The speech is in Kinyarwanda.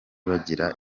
bagira